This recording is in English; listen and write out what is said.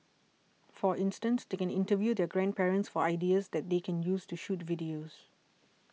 for instance they can interview their grandparents for ideas that they can use to shoot videos